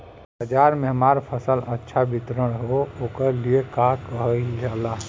बाजार में हमार फसल अच्छा वितरण हो ओकर लिए का कइलजाला?